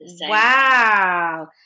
Wow